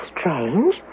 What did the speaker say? strange